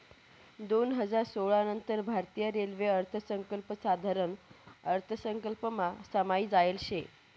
दोन हजार सोळा नंतर भारतीय रेल्वे अर्थसंकल्प साधारण अर्थसंकल्पमा समायी जायेल शे